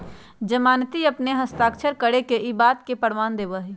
जमानती अपन हस्ताक्षर करके ई बात के प्रमाण देवा हई